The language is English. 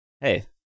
Hey